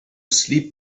sleep